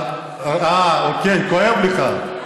אה, אוקיי, כואב לך.